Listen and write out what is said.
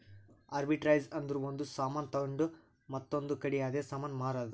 arbitrage ಅಂದುರ್ ಒಂದ್ ಸಾಮಾನ್ ತೊಂಡು ಮತ್ತೊಂದ್ ಕಡಿ ಅದೇ ಸಾಮಾನ್ ಮಾರಾದ್